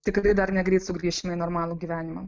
tikrai dar negreit sugrįšime į normalų gyvenimą